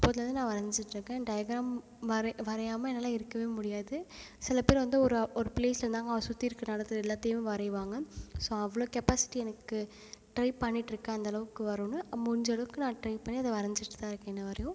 அப்போதுலேருந்து நான் வரஞ்சிட்டுருக்கேன் டயக்ராம் வரை வரையாம என்னால் இருக்கவே முடியாது சில பேர் வந்து ஒரு ஒரு ப்ளேஸில் இருந்தாங்கன்னா அவங்க சுற்றி இருக்கிற இடத்துல எல்லாத்தையும் வரைவாங்க ஸோ அவ்வளோ கெப்பாசிட்டி எனக்கு ட்ரை பண்ணிட்டுருக்கேன் அந்தளவுக்கு வருன்னு முடிஞ்சளவுக்கு நான் ட்ரை பண்ணி அதை வரைஞ்சிட்டு தான் இருக்கேன் இன்ன வரையும்